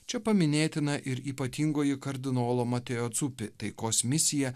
čia paminėtina ir ypatingoji kardinolo mateocupi taikos misija